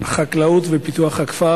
החקלאות ופיתוח הכפר.